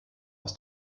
aus